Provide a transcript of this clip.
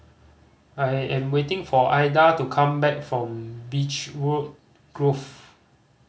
I am waiting for Aida to come back from Beechwood Grove